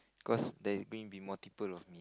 cause there is going to be multiple of me